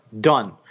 done